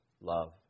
love